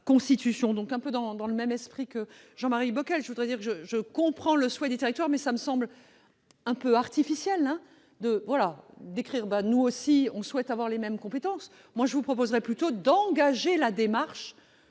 Un peu dans le même esprit que Jean-Marie Bockel, je dirai que je comprends le souhait des territoires, mais il me semble un peu artificiel d'écrire :« Nous aussi, nous souhaitons avoir les mêmes compétences. » Je vous propose plutôt d'engager une démarche